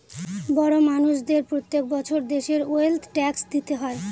বড় মানষদের প্রত্যেক বছর দেশের ওয়েলথ ট্যাক্স দিতে হয়